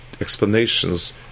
explanations